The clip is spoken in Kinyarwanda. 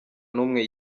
n’umwe